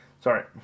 sorry